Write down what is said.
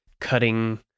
cutting